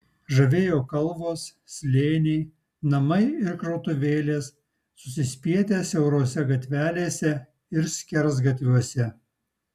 žavėjo kalvos slėniai namai ir krautuvėlės susispietę siaurose gatvelėse ir skersgatviuose